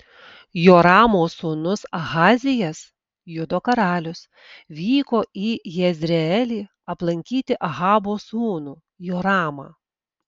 joramo sūnus ahazijas judo karalius vyko į jezreelį aplankyti ahabo sūnų joramą